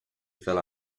fell